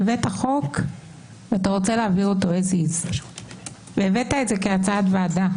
הבאת חוק ואתה רוצה להעביר אותו As is והבאת את זה כהצעת ועדה.